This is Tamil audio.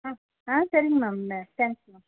ஆ சரிங்க மேம் தேங்க்ஸ் மேம்